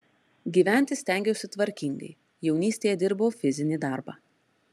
gyventi stengiausi tvarkingai jaunystėje dirbau fizinį darbą